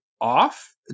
off